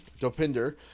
Dopinder